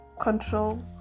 control